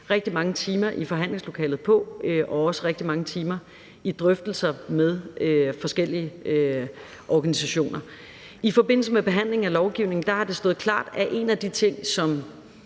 rigtig mange timer på i forhandlingslokalet og også i drøftelser med forskellige organisationer. I forbindelse med behandlingen af lovgivningen har det stået klart, at en af de ting, som